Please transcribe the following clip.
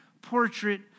portrait